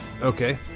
Okay